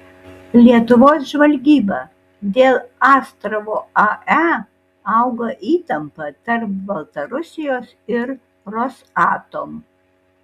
lietuvos žvalgyba dėl astravo ae auga įtampa tarp baltarusijos ir rosatom